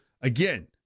again